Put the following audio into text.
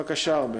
בבקשה, ארבל.